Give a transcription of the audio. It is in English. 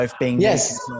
Yes